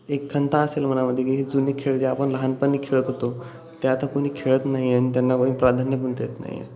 एक खंत असेल मनामध्ये की हे जुने खेळ जे आपण लहानपणी खेळत होतो ते आता कुणी खेळत नाही आहे आणि त्यांना कोणी प्राधान्य पण देत नाही आहे